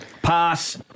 Pass